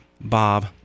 Bob